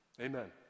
Amen